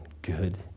good